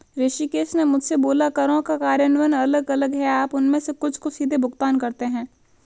ऋषिकेश ने मुझसे बोला करों का कार्यान्वयन अलग अलग है आप उनमें से कुछ को सीधे भुगतान करते हैं